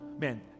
Man